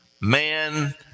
Man